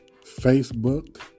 Facebook